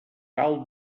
cal